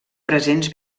presents